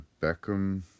Beckham